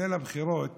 שבליל הבחירות